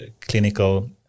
clinical